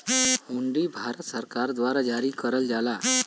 हुंडी भारत सरकार द्वारा जारी करल जाला